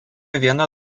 viena